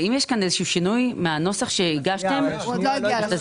ואם יש כאן איזשהו שינוי מהנוסח שהגשתם, תסבירו.